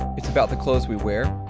it's about the clothes we wear,